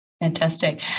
Fantastic